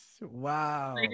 Wow